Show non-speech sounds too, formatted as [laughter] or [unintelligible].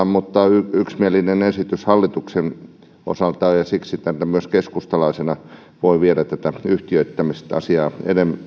[unintelligible] mutta esitys on yksimielinen hallituksen osalta ja siksi myös keskustalaisena voi viedä tätä yhtiöittämisasiaa